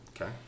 Okay